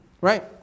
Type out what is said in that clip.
right